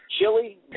chili